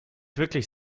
wirklich